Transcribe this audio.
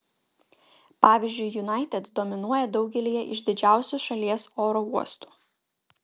pavyzdžiui united dominuoja daugelyje iš didžiausių šalies oro uostų